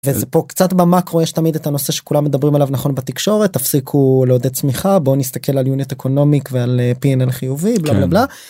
זה פה קצת במקרו יש תמיד את הנושא שכולם מדברים עליו נכון בתקשורת תפסיקו לעודד צמיחה בואו נסתכל על יוניט אקונומיק ועל פי אן אל חיובי.